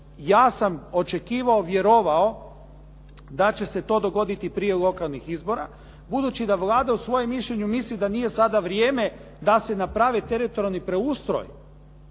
Ja sam očekivao, vjerovao da će se to dogoditi prije lokalnih izbora budući da Vlada u svojem mišljenju misli da nije sada vrijeme da se naprave teritorijalni preustroj.